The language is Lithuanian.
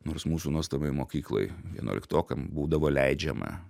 nors mūsų nuostabioj mokykloj vienuoliktokam būdavo leidžiama